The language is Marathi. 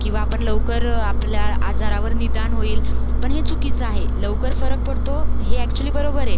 किंवा आपण लवकर आपल्या आजारावर निदान होईल पण हे चुकीचं आहे लवकर फरक पडतो हे ॲक्च्युली बरोबर आहे